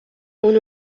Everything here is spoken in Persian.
اون